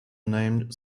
name